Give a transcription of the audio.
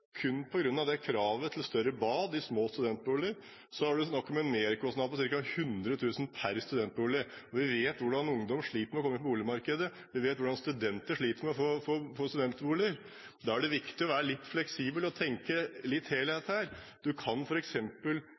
kun på grunn av det kravet til større bad i små studentboliger er det snakk om en merkostnad på ca. 100 000 kr per studentbolig. Vi vet hvordan ungdom sliter med å komme inn på boligmarkedet. Vi vet hvordan studenter sliter med å få studentboliger. Da er det viktig å være litt fleksibel og tenke litt helhet. Du kan